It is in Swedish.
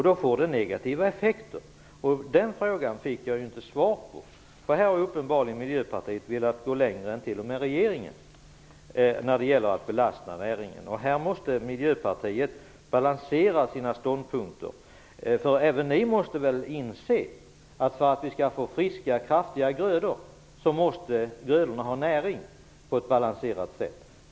Då får det negativa effekter. Den frågan fick jag inte svar på. När det gäller att belasta näringen har Miljöpartiet uppenbarligen velat gå längre än t.o.m. regeringen. Här måste Miljöpartiet balansera sina ståndpunkter. Även ni måste väl inse att för att vi skall friska kraftiga grödor måste de få näring på ett balanserat sätt.